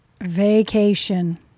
Vacation